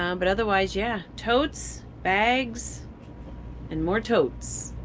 um but otherwise, yeah. totes, bags and more totes!